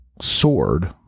sword